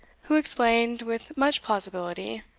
who explained, with much plausibility,